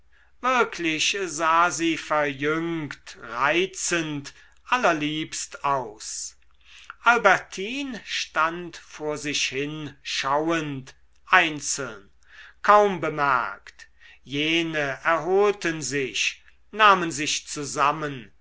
wirklich sah sie verjüngt reizend allerliebst aus albertine stand vor sich hinschauend einzeln kaum bemerkt jene erholten sich nahmen sich zusammen